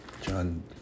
John